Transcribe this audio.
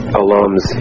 alums